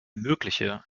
mögliche